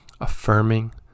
affirming